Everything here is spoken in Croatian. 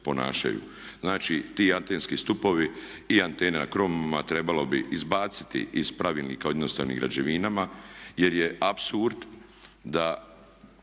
Znači ti antenski stupovi i antene na krovovima trebalo bi izbaciti iz Pravilnika o jednostavnim građevinama jer je apsurd da